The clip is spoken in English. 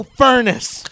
furnace